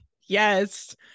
yes